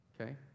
okay